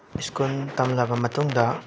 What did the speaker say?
ꯁ꯭ꯀꯨꯟ ꯇꯝꯂꯕ ꯃꯇꯨꯡꯗ